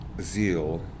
zeal